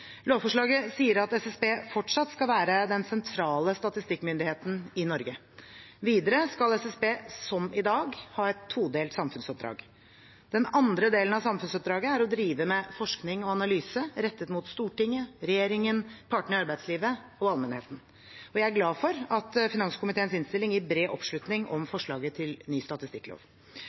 Lovforslaget sier at SSB fortsatt skal være den sentrale statistikkmyndigheten i Norge. Videre skal SSB, som i dag, ha et todelt samfunnsoppdrag. Den andre delen av samfunnsoppdraget er å drive med forskning og analyse rettet mot Stortinget, regjeringen, partene i arbeidslivet og allmennheten. Jeg er glad for at finanskomiteens innstilling gir bred oppslutning om forslaget til ny statistikklov.